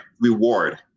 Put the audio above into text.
reward